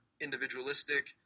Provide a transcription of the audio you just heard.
individualistic